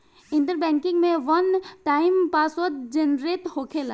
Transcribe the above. internet banking में one time password generate होखेला